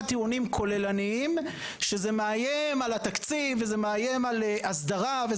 טיעונים כוללניים שזה מאיים על התקציב ועל הסדרה.